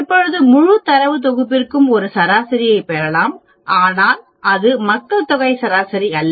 இப்போது முழு தரவுத் தொகுப்பிற்கும் ஒரு சராசரியைப் பெறலாம் ஆனால் அது மக்கள் தொகை சராசரி அல்ல